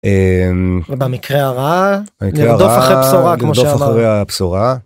במקרה הרע לרדוף אחרי הבשורה.